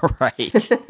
Right